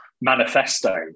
manifesto